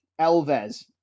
Elvez